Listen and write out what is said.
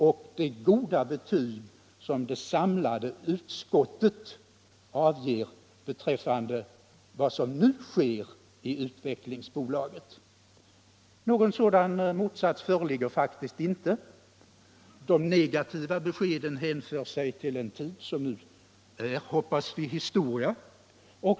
och å andra sidan det goda betyg som det samlade utskottet avger beträffande vad som nu sker i Svenska Utvecklingsaktiebolaget. Någon sådan motsats föreligger faktiskt inte. De negativa beskeden hänför sig till en tid som nu är, hoppas vi, historisk.